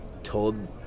Told